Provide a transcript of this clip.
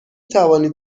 توانید